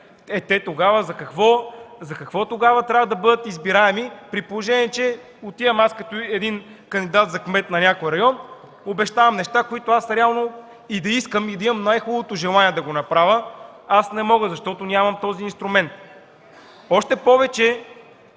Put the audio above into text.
инструмент. За какво тогава трябва да бъдат избираеми, при положение че отивам аз като кандидат за кмет на някой район, обещавам неща, които реално и да искам, и да имам най-хубавото желание да го направя, аз не мога, защото нямам този инструмент. Още повече,